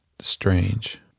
strange